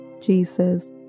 Jesus